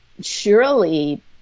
surely